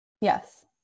yes